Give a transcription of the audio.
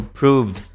proved